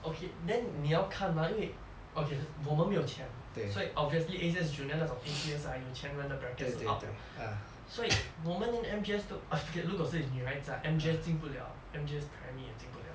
okay then 你要看 mah 因为 okay 我们没有钱所以 obviously A_C_S junior 那种 A_C_S_I 有钱人的 bracket 是 out liao 所以我们连 M_G_S 都 ah forget it 如果是女孩子 ah M_G_S 进不了 M_G_S primary 也进不了